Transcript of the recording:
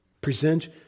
Present